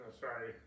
Sorry